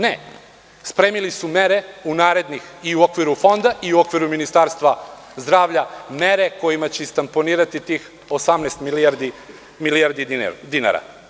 Ne, spremili su mere i u okviru Fonda i u okviru Ministarstva zdravlja, mere kojima će istamponirati tih 18 milijardi dinara.